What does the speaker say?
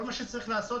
כל מה שצריך לעשות,